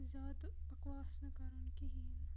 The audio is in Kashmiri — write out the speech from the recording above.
زیادٕ بکواس نہٕ کَرُن کِہیٖنۍ